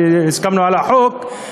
כשהסכמנו על החוק,